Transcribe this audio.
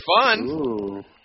fun